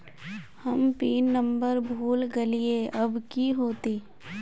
हम pin number भूल गलिऐ अब की होते?